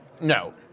No